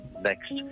next